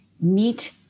meet